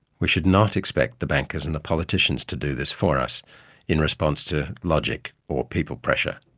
we should not expect the bankers and the politicians to do this for us in response to logic or people pressure.